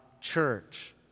church